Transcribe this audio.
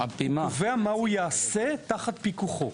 ומה הוא יעשה תחת פיקוחו.